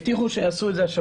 הבטיחו שיעשו את זה השבוע.